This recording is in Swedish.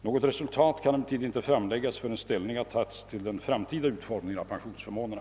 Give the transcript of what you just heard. Något resultat kan emellertid inte framläggas förrän ställning tagits till den framtida utformningen av pensionsförmånerna.